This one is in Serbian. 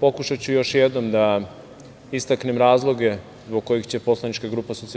Pokušaću još jednom da vam istaknem razloge zbog kojih će poslanička grupa SPS